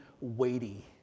weighty